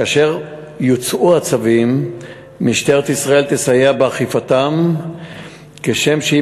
כאשר יוצאו הצווים משטרת ישראל תסייע באכיפתם כשם שהיא